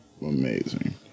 Amazing